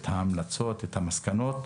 את ההמלצות ואת המסקנות.